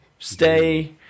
Stay